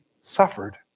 suffered